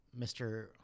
Mr